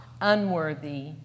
unworthy